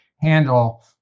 handle